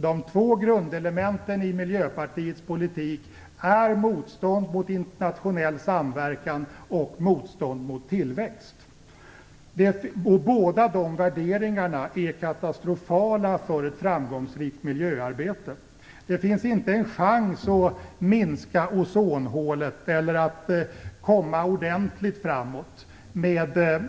De två grundelementen i Miljöpartiets politik är motstånd mot internationell samverkan och motstånd mot tillväxt. Båda de värderingarna är katastrofala för ett framgångsrikt miljöarbete. Det finns inte en chans att minska ozonhålet eller att komma ordentligt framåt med